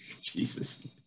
Jesus